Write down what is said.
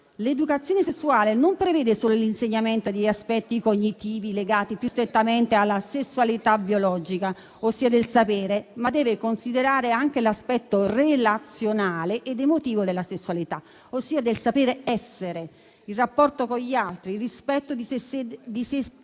L'educazione sessuale non prevede solo l'insegnamento degli aspetti cognitivi legati più strettamente alla sessualità biologica, ossia del sapere, ma deve considerare anche l'aspetto relazionale ed emotivo della sessualità, ossia del saper essere in rapporto con gli altri, il rispetto di sé e